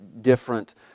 different